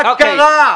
מה קרה?